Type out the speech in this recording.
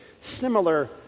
similar